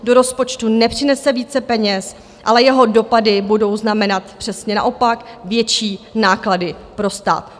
Do rozpočtu nepřinese více peněz, ale jeho dopady budou znamenat přesně naopak, větší náklady pro stát.